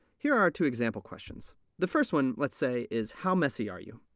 here are our two example questions. the first one, let's say, is, how messy are you?